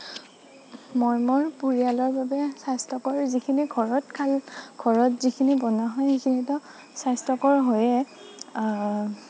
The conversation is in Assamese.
মই মোৰ পৰিয়ালৰ বাবে স্বাস্থ্যকৰ যিখিনি ঘৰত ঘৰত যিখিনি বনোৱা হয় সেইখিনিতো স্বাস্থ্যকৰ হয়েই